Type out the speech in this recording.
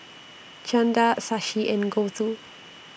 Chanda Shashi and Gouthu